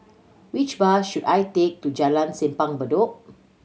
which bus should I take to Jalan Simpang Bedok